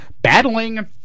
battling